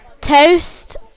Toast